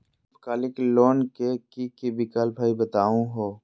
अल्पकालिक लोन के कि कि विक्लप हई बताहु हो?